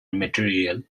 material